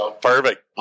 Perfect